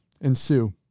ensue